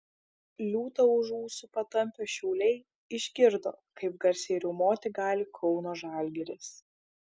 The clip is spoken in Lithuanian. liūtą už ūsų patampę šiauliai išgirdo kaip garsiai riaumoti gali kauno žalgiris